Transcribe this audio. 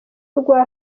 rwa